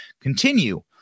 Continue